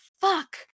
fuck